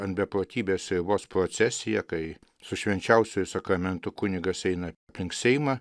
ant beprotybės ribos procesija kai su švenčiausiuoju sakramentu kunigas eina aplink seimą